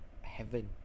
heaven